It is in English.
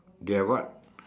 they have what